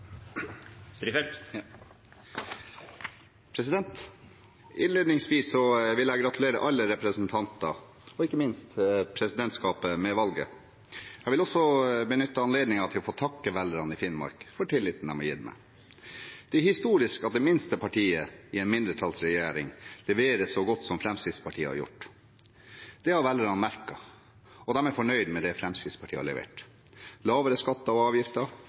Innledningsvis vil jeg gratulere alle representanter og ikke minst presidentskapet med valget. Jeg vil også benytte anledningen til å få takke velgerne i Finnmark for tilliten de har gitt meg. Det er historisk at det minste partiet i en mindretallsregjering leverer så godt som Fremskrittspartiet har gjort. Det har velgerne merket, og de er fornøyd med det Fremskrittspartiet har levert: lavere skatter og avgifter,